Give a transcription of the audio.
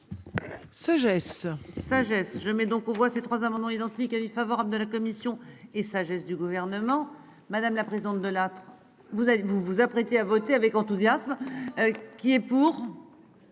Sagesse je mets donc on voit ces trois amendements identiques, avis favorable de la commission et sagesse du gouvernement madame la présidente Delattre. Vous êtes vous vous apprêtez à voter avec enthousiasme. Qui est pour.